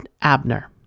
Abner